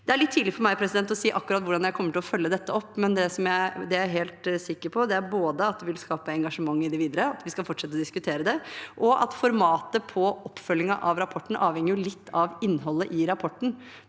Det er litt tidlig for meg å si akkurat hvordan jeg kommer til å følge dette opp, men det jeg er helt sikker på, er både at dette vil skape engasjement i det videre – vi skal fortsette å diskutere det – og at formatet på oppfølgingen av rapporten avhenger litt av innholdet i den.